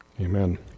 Amen